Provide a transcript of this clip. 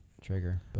trigger